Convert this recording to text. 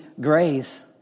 grace